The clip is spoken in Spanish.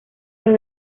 los